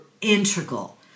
integral